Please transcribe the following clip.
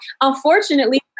unfortunately